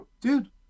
dude